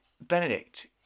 Benedict